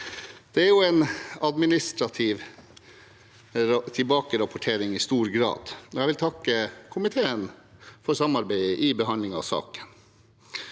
stor grad en administrativ tilbakerapportering, og jeg vil takke komiteen for samarbeidet i behandlingen av saken.